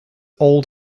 old